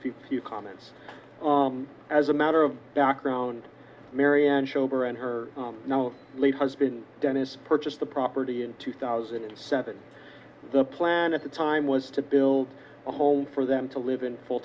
few comments as a matter of background marianne schober and her late husband dennis purchased the property in two thousand and seven the plan at the time was to build a home for them to live in full